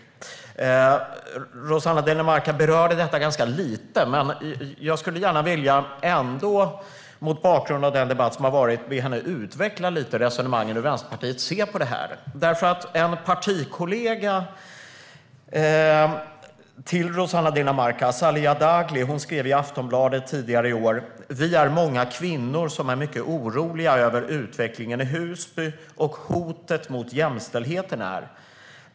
Rossana Dinamarca berörde frågan lite. Jag vill ändå mot bakgrund av den debatt som har varit be henne utveckla resonemangen om hur Vänsterpartiet ser på frågan. En partikollega till Rossana Dinamarca, Zeliha Dagli, skrev i Aftonbladet tidigare i år att det är många kvinnor som är mycket oroliga över utvecklingen i Husby och hotet mot jämställdheten där.